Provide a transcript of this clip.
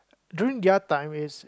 during their time is